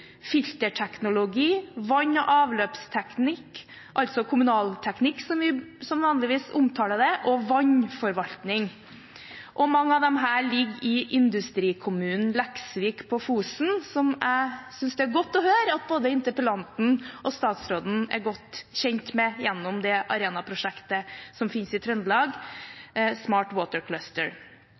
filterteknologi, vann- og avløpsteknikk – altså kommunalteknikk, som vi vanligvis omtaler det – og vannforvaltning. Mange av disse ligger i industrikommunen Leksvik på Fosen, som jeg synes det er godt å høre at både interpellanten og statsråden er godt kjent med gjennom det Arena-prosjektet som finnes i Trøndelag: Smart